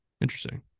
interesting